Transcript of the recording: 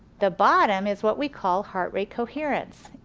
the bottom is what we call heart rate coherence.